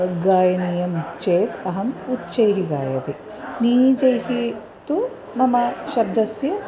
गायनीयं चेत् अहम् उच्चैः गायति नीचैः तु मम शब्दस्य